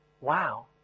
Wow